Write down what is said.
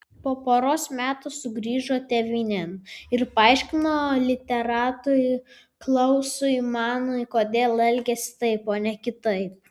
po poros metų sugrįžo tėvynėn ir paaiškino literatui klausui manui kodėl elgėsi taip o ne kitaip